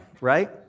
Right